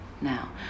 Now